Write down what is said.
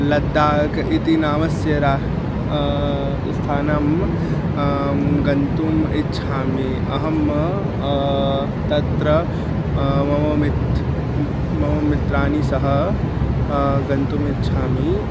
लद्दाक् इति नामस्य रा स्थानं गन्तुम् इच्छामि अहं तत्र मम मित्रं म् मम मित्राणि सह गन्तुम् इच्छामि